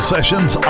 Sessions